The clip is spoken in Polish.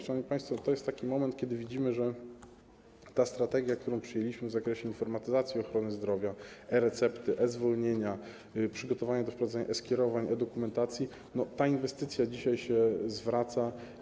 Szanowni państwo, to jest taki moment, kiedy widzimy, że inwestycja, strategia, którą przyjęliśmy w zakresie informatyzacji ochrony zdrowia: e-recepty, e-zwolnienia, przygotowania do wprowadzenia e-skierowań, e-dokumentacji, dzisiaj się zwraca.